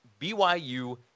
BYU